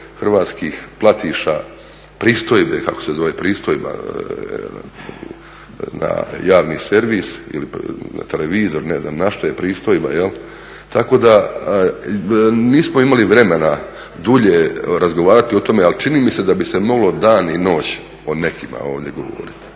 hrvatskih platiša, pristojbe kako se zove, pristojba na javni servis ili na televizor, ne znam na što je pristojba. Tako da nismo imali vremena dulje razgovarati o tome, ali čini mi se da bi se moglo dan i noć o nekima ovdje govoriti.